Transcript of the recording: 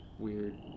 weird